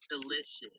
delicious